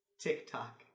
TikTok